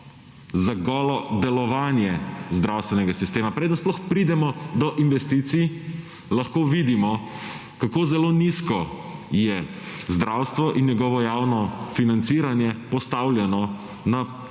za golo delovanje zdravstvenega sistema, preden sploh pridemo do investicij, lahko vidimo kako zelo nizko je zdravstvo in njegovo javno financiranje postavljeno na